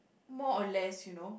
more or less you know